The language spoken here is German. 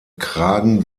kragen